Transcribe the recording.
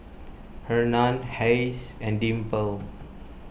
Hernan Hayes and Dimple